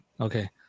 okay